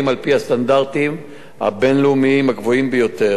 על-פי הסטנדרטים הבין-לאומיים הגבוהים ביותר,